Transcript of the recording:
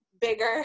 bigger